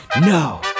no